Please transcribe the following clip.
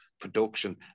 production